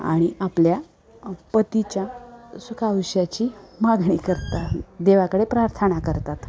आणि आपल्या पतीच्या सुख आयुष्याची मागणी करतात देवाकडे प्रार्थना करतात